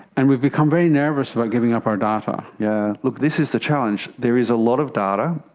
and we've become very nervous about giving up our data. yeah look, this is the challenge. there is a lot of data,